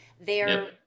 they're-